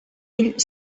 ell